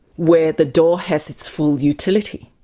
where the door has its full utility.